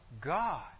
God